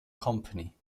company